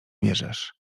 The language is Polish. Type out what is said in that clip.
bierzesz